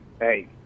Hey